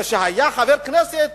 כשהיה חבר כנסת